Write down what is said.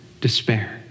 despair